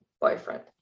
boyfriend